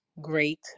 great